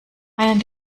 einen